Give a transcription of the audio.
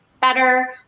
better